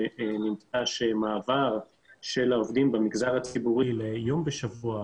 נמצא שמעבר של העובדים במגזר הציבורי ליום בשבוע,